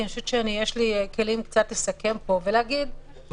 כי אני חושבת שיש לי כלים קצת לסכם פה ולהגיד --- לא.